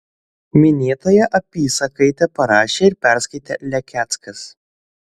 minėtąją apysakaitę parašė ir perskaitė lekeckas